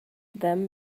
them